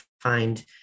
find